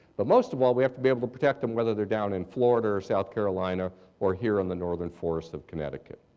most of all we have to be able to protect them whether they're down in florida or south carolina or here in the northern forests of connecticut.